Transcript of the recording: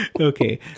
Okay